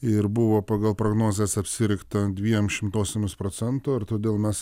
ir buvo pagal prognozes apsirikta dviem šimtosiomis procento ir todėl mes